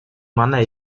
манай